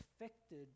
affected